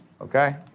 okay